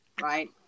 right